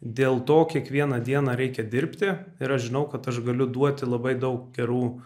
dėl to kiekvieną dieną reikia dirbti ir aš žinau kad aš galiu duoti labai daug gerų